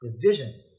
division